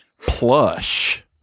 plush